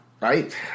right